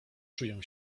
czuję